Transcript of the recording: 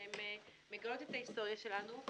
שהן מגלות את ההיסטוריה שלנו,